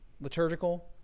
liturgical